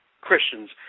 Christians